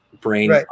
Brain